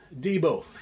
Debo